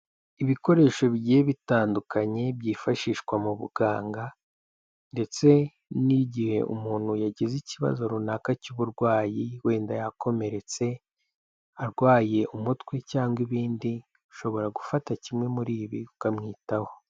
Ibikoresho bigiye bitandukanye byifashishwa mu buganga ndetse n'igihe umuntu yagize ikibazo runaka cy'uburwayi, wenda yakomeretse, arwaye umutwe cyangwa ibindi ushobora gufata kimwe muri ibi ukamwitaho.